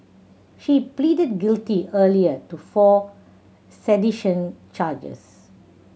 she pleaded guilty earlier to four sedition charges